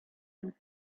and